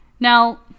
Now